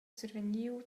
survegniu